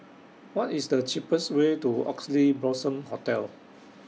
What IS The cheapest Way to Oxley Blossom Hotel